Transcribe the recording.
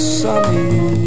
sunny